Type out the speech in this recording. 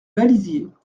balisier